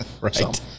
right